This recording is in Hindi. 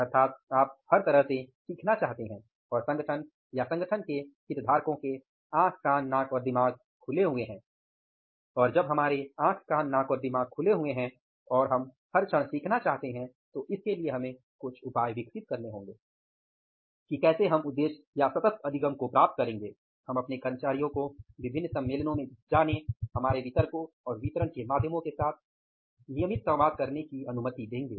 अर्थात आप हर तरह से सीख्नना चाहते हैं और संगठन या संगठन के हितधारको के आँख कान नाक और दिमाग खुले हुए हैं और जब हमारे आँख कान नाक और दिमाग खुले हुए हैं और हम हर क्षण सीखना चाहते हैं तो इसके लिए हमें कुछ उपाय विकसित करने होंगे कि कैसे हम इस उद्देश्य या सतत अधिगम को प्राप्त करेंगे हम अपने कर्मचारियों को विभिन्न सम्मेलनों में जाने हमारे वितरकों और वितरण के माध्यमों के साथ नियमित संवाद करने की अनुमति देंगे